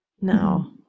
now